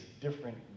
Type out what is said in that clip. different